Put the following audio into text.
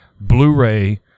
Blu-ray